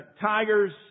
tigers